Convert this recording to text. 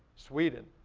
sweden.